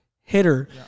hitter